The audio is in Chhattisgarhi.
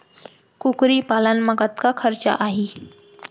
कुकरी पालन म कतका खरचा आही?